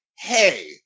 hey